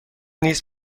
نیز